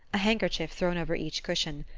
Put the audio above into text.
a handkerchief thrown over each cushion.